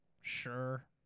sure